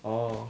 oh